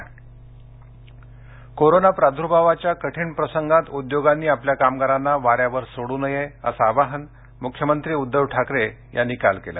मख्यमंत्री कोरोना प्रार्द्भावाच्या कठीण प्रसंगात उद्योगांनी आपल्या कामगारांना वाऱ्यावर सोडू नये असं आवाहन मुख्यमंत्री उद्धव ठाकरे यांनी काल केलं